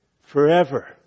forever